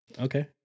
Okay